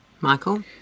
Michael